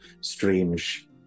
strange